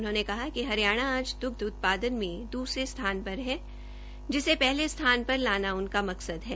उन्होंने कहा कि हरियाणा आज दुग्ध उत्पादन में दूसरे स्थान पर है जिसे पहले स्थान पर लाना उनका मकसद है